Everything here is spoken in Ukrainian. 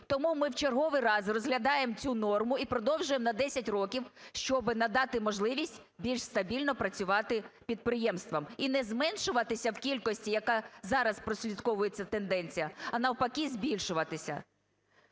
Тому ми в черговий раз розглядаємо цю норму і продовжуємо на 10 років, щоби надати можливість більш стабільно працювати підприємствам і не зменшуватися в кількості, яка зараз прослідковується тенденція, а навпаки, збільшуватися.